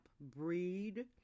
Breed